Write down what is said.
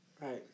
Right